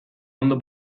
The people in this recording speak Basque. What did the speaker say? ondo